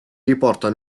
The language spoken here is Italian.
riporta